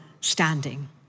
standing